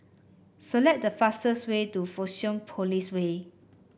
select the fastest way to Fusionopolis Way